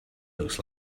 looks